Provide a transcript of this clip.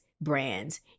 brands